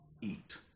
eat